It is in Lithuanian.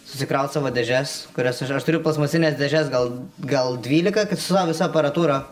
susikraut savo dėžes kurias aš turiu plastmasines dėžes gal gal dvylika kad su visa aparatūra